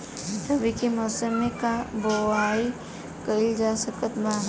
रवि के मौसम में का बोआई कईल जा सकत बा?